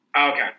okay